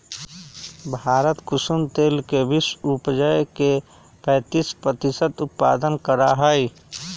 भारत कुसुम तेल के विश्व उपज के पैंतीस प्रतिशत उत्पादन करा हई